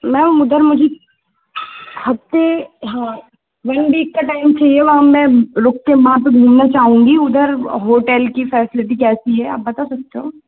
ma'am उधर मुझे हफ्ते हाँ मैम वीक का टाइम चाहिए मैम मैं रुक के वहाँ से घूमना चाहूँगी उधर होटेल की फेसलिटी कैसी है आप बता सकते हो